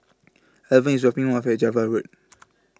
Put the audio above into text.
Alvan IS dropping Me off At Java Road